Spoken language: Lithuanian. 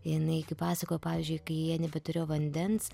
jinai pasakojo pavyzdžiui kai jie nebeturėjo vandens